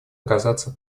оказаться